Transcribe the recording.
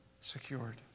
secured